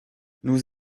nous